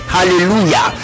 Hallelujah